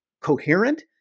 coherent